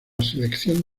selección